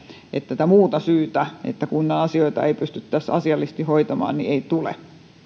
tätä muuta syytä että kunnan asioita ei pystyttäisi asiallisesti hoitamaan ei tule